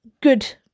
good